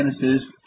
Genesis